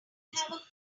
have